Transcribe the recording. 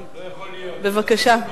בבקשה.